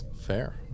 Fair